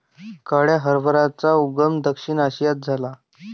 काळ्या हरभऱ्याचा उगम दक्षिण आशियात झाला